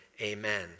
amen